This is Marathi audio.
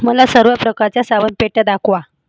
मला सर्व प्रकारच्या सावन पेट्या दाखवा